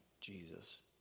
Jesus